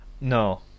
No